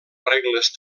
regles